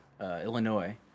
Illinois